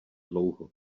dlouho